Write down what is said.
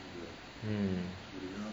mm